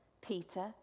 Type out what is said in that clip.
Peter